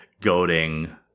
goading